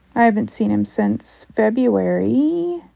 i haven't seen him since february.